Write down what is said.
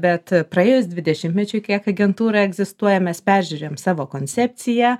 bet praėjus dvidešimtmečiui kiek agentūra egzistuoja mes peržiūrim savo koncepciją